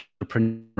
entrepreneur